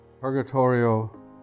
Purgatorio